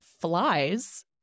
Flies